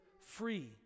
free